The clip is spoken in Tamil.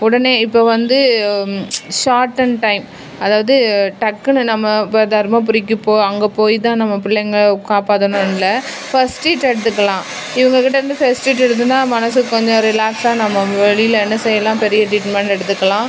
உடனே இப்போது வந்து ஷார்ட் அண்ட் டைம் அதாவது டக்குனு நம்ம இப்போ தர்மபுரிக்கி போ அங்கே போய் தான் நம்ம பிள்ளைங்களை காப்பாற்றணுனு இல்லை ஃபஸ்ட் ஏட் எடுத்துக்கலாம் இவங்கக்கிட்ட இருந்து ஃபஸ்ட் ஏட் எடுத்திர்ந்தா மனதுக்கு கொஞ்சம் ரிலாக்ஸாக நம்ம வெளியில் என்ன செய்யலாம் பெரிய ட்ரீட்மெண்ட் எடுத்துக்கலாம்